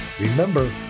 Remember